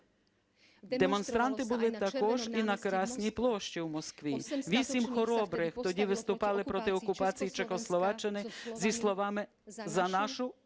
Демонстранти були також і на Красній площі у Москві, вісім хоробрих тоді виступали проти окупації Чехословаччини зі словами "За нашу